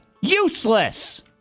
Useless